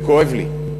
זה כואב לי.